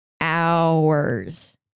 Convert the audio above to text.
hours